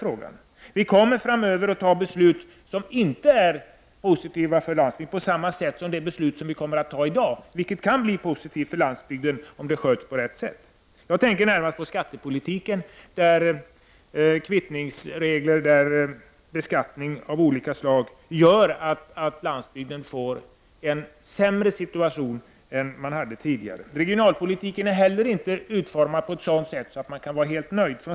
Vi här i riksdagen kommer framöver att fatta beslut som inte är positiva för landsbygden på samma sätt som det beslut som vi kommer att fatta i dag, vilket kan bli positivt för landsbygden om det verkställs på rätt sätt. Jag tänker närmast på skattepolitiken, som innebär att kvittningsregler och beskattning av olika slag leder till att landsbygden får en sämre situation än tidigare. Regionalpolitiken är inte heller utformad på ett sådant sätt att man kan vara helt nöjd.